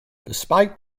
despite